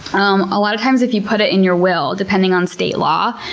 um a lot of times if you put it in your will, depending on state law,